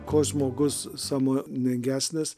kuo žmogus sąmoningesnis